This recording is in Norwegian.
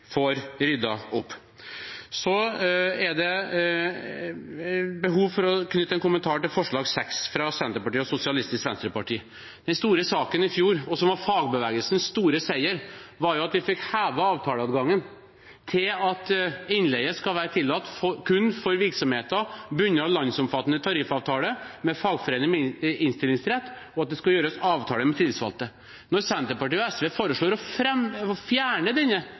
får ryddet opp? Så er det behov for å knytte en kommentar til forslag nr. 6, fra Senterpartiet og SV. Den store saken i fjor, som var fagbevegelsens store seier, var at vi fikk hevet avtaleadgangen til at innleie skal være tillatt kun for virksomheter bundet av landsomfattende tariffavtale med fagforening med innstillingsrett, og at det skal gjøres avtale med tillitsvalgte. Når Senterpartiet og SV foreslår å fjerne denne